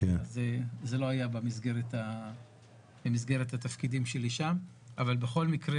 וזה לא היה במסגרת התפקידים שלי שם אבל בכל מקרה,